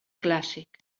clàssic